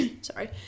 sorry